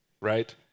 Right